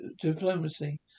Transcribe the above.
diplomacy